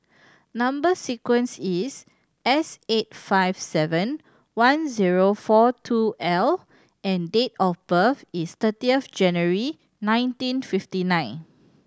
number sequence is S eight five seven one zero four two L and date of birth is thirtieth of January nineteen fifty nine